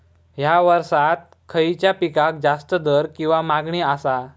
हया वर्सात खइच्या पिकाक जास्त दर किंवा मागणी आसा?